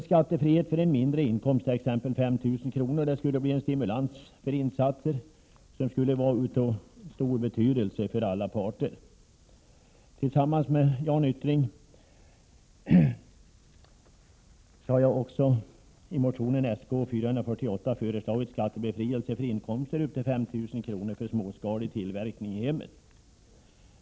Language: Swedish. Skattefrihet för mindre inkomst, t.ex. 5 000 kr., skulle innebära en stimulans till insatser, som skulle vara av stor betydelse för alla parter. Tillsammans med Jan Hyttring har jag i motion Sk448 föreslagit skattebefrielse för inkomster upp till 5 000 kr. för småskalig tillverkning i hemmet.